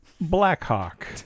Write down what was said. Blackhawk